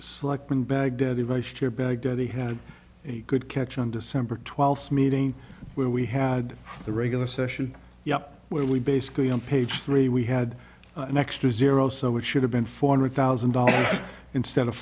selectman baghdadi vice chair baghdadi had a good catch on december twelfth meeting where we had the regular session where we basically on page three we had an extra zero so it should have been four hundred thousand dollars instead of